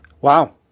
Wow